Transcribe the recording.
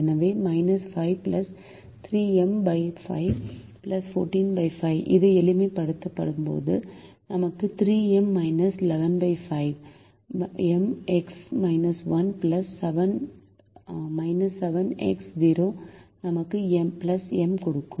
எனவே 5 3 M 5 145 இது எளிமைப்படுத்தும்போது நமக்கு 3 M 115 M எக்ஸ் 1 7 எக்ஸ் 0 நமக்கு M கொடுக்கும்